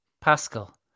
Pascal